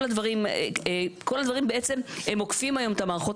כל הדברים בעצם הם עוקפים היום את המערכות